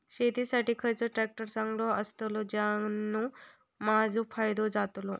शेती साठी खयचो ट्रॅक्टर चांगलो अस्तलो ज्याने माजो फायदो जातलो?